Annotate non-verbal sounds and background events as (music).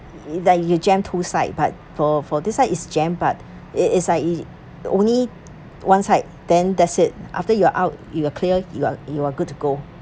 (noise) that your jam two side but for for this side it's jammed but it is like it only one side then that's it after you are out you are clear you are you are good to go